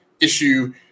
issue